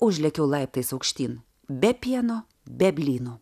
užlėkiau laiptais aukštyn be pieno be blynų